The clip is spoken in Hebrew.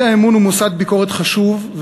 האי-אמון הוא מוסד ביקורת חשוב,